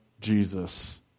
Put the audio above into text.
Jesus